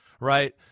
right